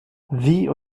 wie